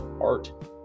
art